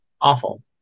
awful